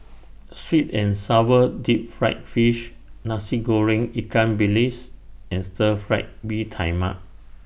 Sweet and Sour Deep Fried Fish Nasi Goreng Ikan Bilis and Stir Fry Mee Tai Mak